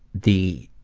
the